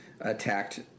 attacked